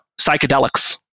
psychedelics